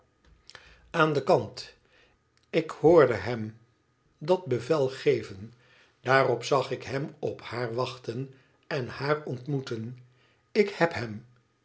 kant ik hoorde hem dat bevel geven daarop zag ik hem op haar wach ten en haar ontmoeten ik heb hem